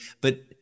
But-